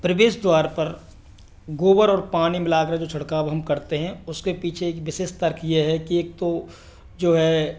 प्रवेश द्वार पर गोबर और पानी मिलाकर जो छिड़काव हम करते हैं उसके पीछे एक विशेष तर्क ये है कि एक तो जो है